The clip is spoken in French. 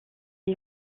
est